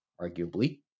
arguably